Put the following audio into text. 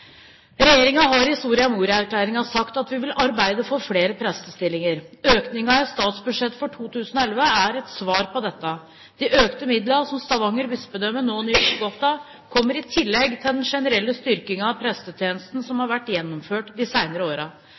har i Soria Moria-erklæringen sagt at vi vil arbeide for flere prestestillinger. Økningen i statsbudsjettet for 2011 er et svar på dette. De økte midlene som Stavanger bispedømme nå nyter godt av, kommer i tillegg til den generelle styrkingen av prestetjenesten som har vært gjennomført de